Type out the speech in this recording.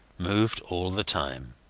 moved all the time.